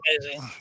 amazing